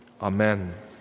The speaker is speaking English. Amen